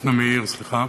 דפנה מאיר, סליחה.